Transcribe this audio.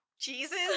Jesus